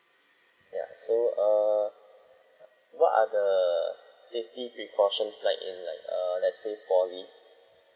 ya so err what are the safety precautions like in like err let's say poly